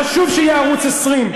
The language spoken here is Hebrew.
חשוב שיהיה ערוץ 20,